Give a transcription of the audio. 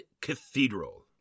Cathedral